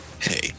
hey